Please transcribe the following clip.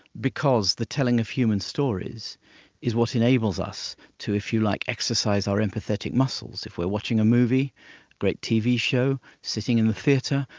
because the telling of human stories is what enables us to, if you like, exercise our empathetic muscles. if we are watching a movie, a great tv show, sitting in the theatre,